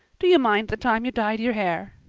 do you mind the time you dyed your hair?